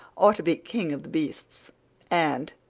ought to be king of the beasts and,